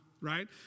Right